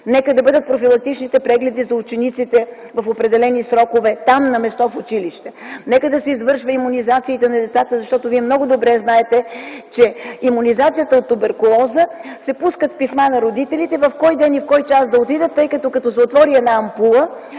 Нека да бъдат профилактичните прегледи за учениците в определени срокове, там, на място, в училище. Нека да се извършват имунизациите на децата, защото Вие много добре знаете, че за имунизацията от туберкулоза се пускат писма на родителите в кой ден и кой час да отидат, защото като се отвори една ампула,